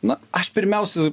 na aš pirmiausia